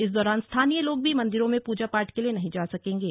इस दौरान स्थानीय लोग भी मंदिरों में पूजा पाठ के लिए नहीं जा सकेंगे